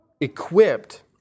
equipped